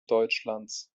deutschlands